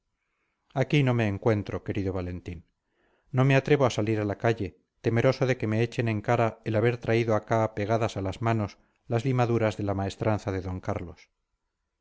aquí no me encuentro querido valentín no me atrevo a salir a la calle temeroso de que me echen en cara el haber traído acá pegadas a las manos las limaduras de la maestranza de d carlos